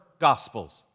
gospels